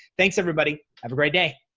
thanks, everybody. have a great day.